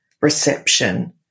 reception